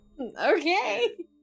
Okay